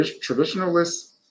traditionalists